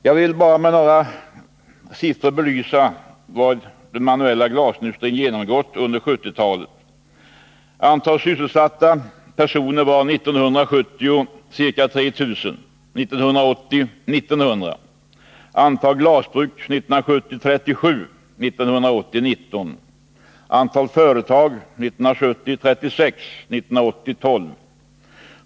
Jag vill nu bara med några siffror belysa vad den manuella glasindustrin genomgått under 1970-talet. Antalet sysselsatta personer var 1970 ca 3 000, 1980 1 900. Antalet glasbruk var 1970 37, 1980 bara 19. Antalet företag var 1970 36, 1980 var det 12.